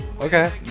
Okay